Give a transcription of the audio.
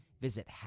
Visit